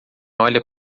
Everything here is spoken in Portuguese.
olha